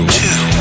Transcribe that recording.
two